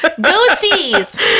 ghosties